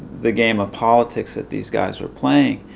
the game of politics that these guys were playing.